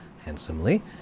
handsomely